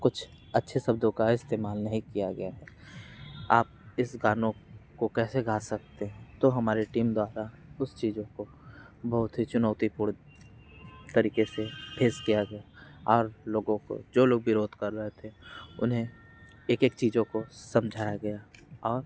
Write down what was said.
कुछ अच्छे शब्दों का इस्तेमाल नहीं किया गया है आप इस गानों को कैसे गा सकते हैं तो हमारे टीम द्वारा उस चीज़ों को बहुत ही चुनौती पूर्ण तरीक़े से फेस किया गया और लोगों को जो लोग विरोध कर रहे थे उन्हें एक एक चीज़ों को समझाया गया और